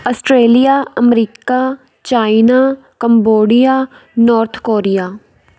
Australia America China Cambodia North Korea